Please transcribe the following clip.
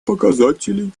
показателей